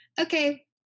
Okay